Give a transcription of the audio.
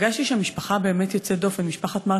ופגשתי שם משפחה באמת יוצאת דופן.